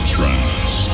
Trance